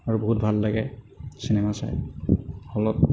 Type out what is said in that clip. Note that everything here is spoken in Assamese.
আৰু বহুত ভাল লাগে চিনেমা চাই হলত